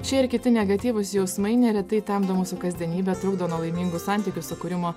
šie ir kiti negatyvūs jausmai neretai temdo mūsų kasdienybę trukdo nuo laimingų santykių sukūrimo